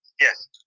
yes